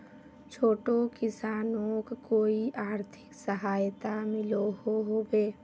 छोटो किसानोक कोई आर्थिक सहायता मिलोहो होबे?